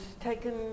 taken